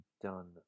done